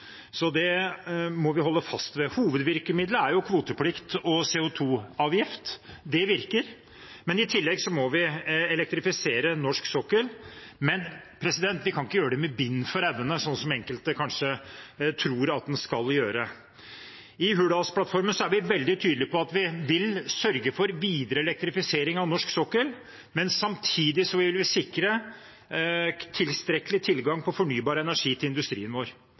så det må vi holde fast ved. Hovedvirkemiddelet er kvoteplikt og CO2-avgift; det virker, men i tillegg må vi elektrifisere norsk sokkel. Men vi kan ikke gjøre det med bind for øynene, sånn som enkelte kanskje tror at en skal gjøre det. I Hurdalsplattformen er vi veldig tydelige på at vi vil sørge for videre elektrifisering av norsk sokkel, men samtidig vil vi sikre tilstrekkelig tilgang på fornybar energi til industrien vår.